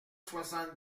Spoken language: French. soixante